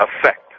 effect